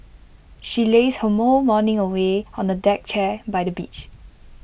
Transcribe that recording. she lazed her more morning away on A deck chair by the beach